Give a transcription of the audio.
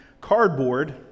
cardboard